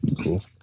cool